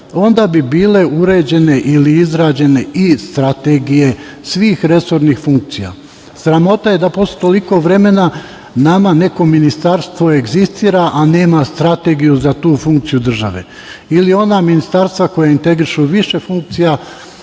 onda bi bile uređene ili izrađene iz strategije svih resornih funkcija. Sramota je da posle toliko vremena nama neko ministarstvo egzistira, a nema strategiju za tu funkciju države ili ona ministarstva koja integrišu više funkcija